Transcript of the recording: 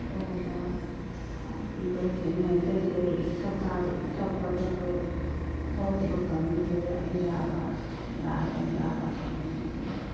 वएह लऽ आ कि कहै छै नहि दै छै सरकार सबके देलकै बहुत लोग के मिललै इन्दिरा आबास हमरा आरके इन्दिरा आबास नहि मिललै हँ